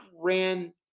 ran